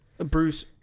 Bruce